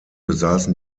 besaßen